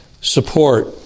support